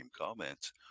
comments